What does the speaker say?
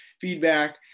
feedback